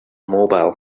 mobile